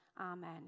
amen